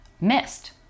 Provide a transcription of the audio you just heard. missed